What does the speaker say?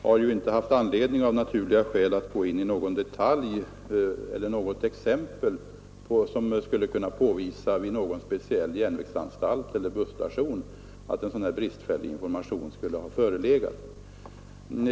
Herr talman! Fru Sundberg har ju av naturliga skäl inte haft anledning att gå in på detaljer eller ange något exempel som skulle kunna påvisa att det vid någon speciell järnvägsanstalt eller busstation varit bristfällig information.